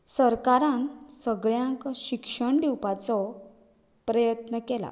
सरकारान सगळ्यांक शिक्षण दिवपाचो प्रयत्न केला